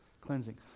cleansing